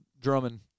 Drummond